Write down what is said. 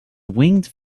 winged